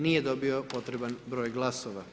Nije dobio potreban broj glasova.